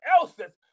else's